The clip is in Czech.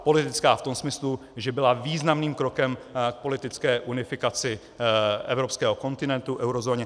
Politická v tom smyslu, že byla významným krokem k politické unifikaci evropského kontinentu v eurozóně.